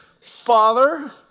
Father